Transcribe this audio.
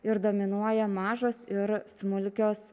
ir dominuoja mažos ir smulkios